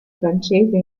francese